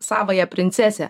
savąją princesę